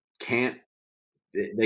can't—they